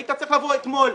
היית צריך לבוא אתמול.